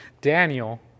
Daniel